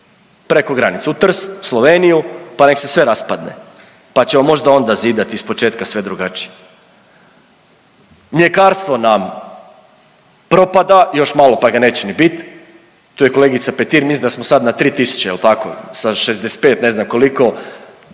preko granice, u Trst, Sloveniju pa nek se sve raspadne, pa ćemo možda onda zidati iz početka sve drugačije. Mljekarstvo nam propada, još malo pa ga neće ni biti. Tu je kolegica Petir, mislim da smo sad na 3 tisuće jel tako sa 65 ne znam koliko